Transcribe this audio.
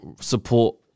support